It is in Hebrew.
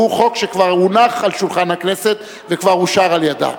שהוא חוק שכבר הונח על שולחן הכנסת וכבר אושר על-ידה.